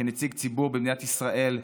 כנציג ציבור במדינת ישראל,